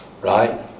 Right